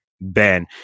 Ben